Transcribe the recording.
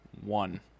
One